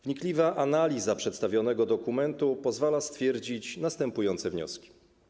Wnikliwa analiza przedstawionego dokumentu pozwala sformułować następujące wnioski.